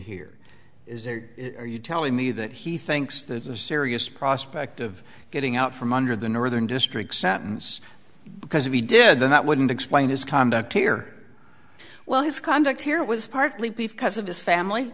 here is there are you telling me that he thinks there's a serious prospect of getting out from under the northern district sentence because if he did then that wouldn't explain his conduct here well his conduct here was partly because of his family